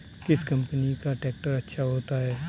किस कंपनी का ट्रैक्टर अच्छा होता है?